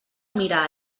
mira